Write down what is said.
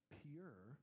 pure